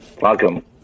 Welcome